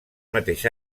mateix